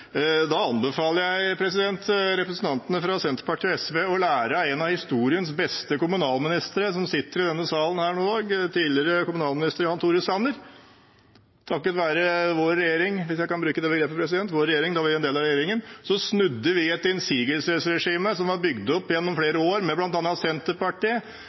Da anbefaler jeg representantene fra Senterpartiet og SV å lære av en av historiens beste kommunalministere, som sitter i denne salen nå, tidligere kommunalminister Jan Tore Sanner. Takket være vår regjering, hvis jeg kan bruke det begrepet om da vi var en del av regjeringen, snudde vi et innsigelsesregime som var bygd opp gjennom flere år med bl.a. Senterpartiet.